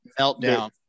meltdown